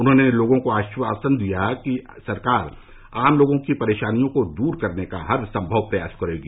उन्होंने लोगों को आश्वासन दिया कि सरकार आम लोगों की परेशानियों को दूर करने का हरसंभव प्रयास करेगी